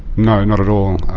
no, not at all.